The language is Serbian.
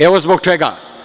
Evo zbog čega.